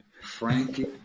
Frankie